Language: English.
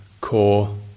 core